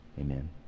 Amen